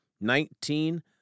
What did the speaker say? Nineteen